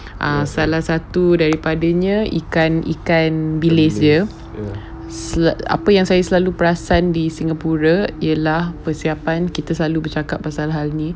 err salah satu daripadanya ikan ikan bilis dia se~ apa yang saya selalu perasan di singapura ialah persiapan itulah sebab saya cakap pasal hal ini